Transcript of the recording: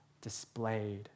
displayed